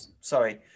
Sorry